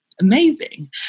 amazing